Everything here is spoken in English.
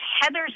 Heather's